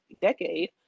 decade